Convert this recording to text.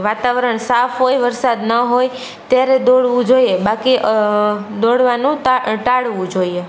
વાતાવરણ સાફ હોય વરસાદ ન હોય ત્યારે દોડવું જોઇએ બાકી દોડવાનું ટાળવું જોઈએ